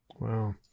wow